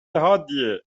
حادیه